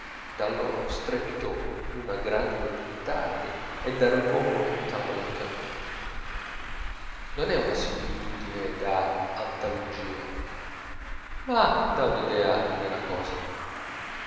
dallo strepito d'una grandine di petardi e dal rimbombo lontano del cannone non è una similitudine da antologia ma dà un'idea della cosa